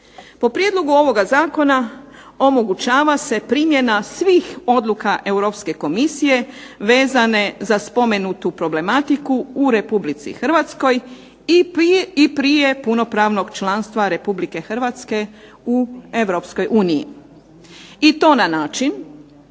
Po prijedlogu ovoga zakona omogućava se primjena svih odluka Europske komisije vezane za spomenutu problematiku u RH i prije punopravnog članstva RH u EU. I to na način